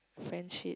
friendship